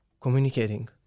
communicating